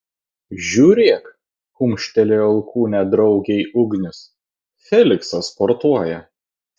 žiūrėk kumštelėjo alkūne draugei ugnius feliksas sportuoja